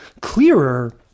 clearer